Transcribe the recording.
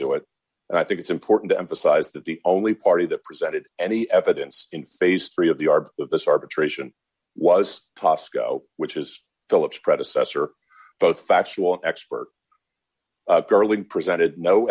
to it and i think it's important to emphasize that the only party that presented any evidence in phase three of the of this arbitration was tasco which is philips predecessor both factual and expert darling presented no